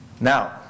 Now